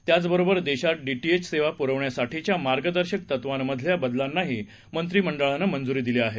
त्याचबरोबरदेशातडीटीएचसेवापुरवण्यासाठीच्यामार्गदर्शकतत्वांमधल्याबदलांनाहीमंत्रिमंडळानंमंजुरीदिलीआहे